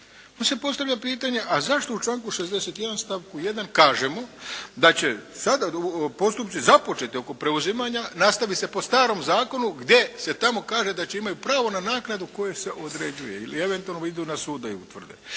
onda se postavlja pitanje a zašto u članku 61. stavku 1. kažemo da će sada postupci započeti oko preuzimanja nastaviti se po starom zakonu gdje se tamo kaže da će imati pravo na naknadu koja se određuje ili eventualno idu na sud da je utvrde.